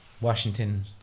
Washington